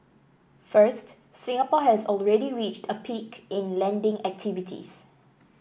first Singapore has already reached a peak in lending activities